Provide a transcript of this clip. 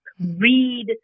read